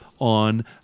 on